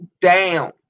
Down